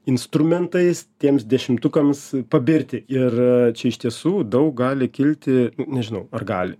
instrumentais tiems dešimtukams pabirti ir čia iš tiesų daug gali kilti nežinau ar gali